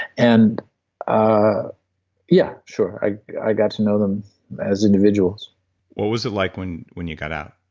and ah yeah sure, i i got to know them as individuals what was it like when when you got out?